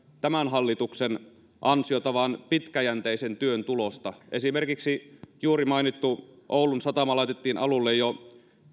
tämän hallituksen ansiota vaan pitkäjänteisen työn tulosta esimerkiksi juuri mainittu oulun satama laitettiin alulle jo